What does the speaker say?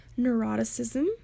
neuroticism